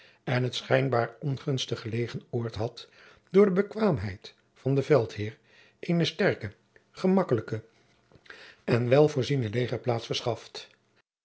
en het schijnbaar ongunstig gelegen oord had door de bekwaamheid van den veldheer eene sterke gemakkelijke en wel voorziene legerplaats verschaft